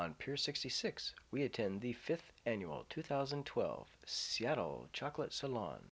on piers sixty six we attend the fifth annual two thousand and twelve seattle chocolate salon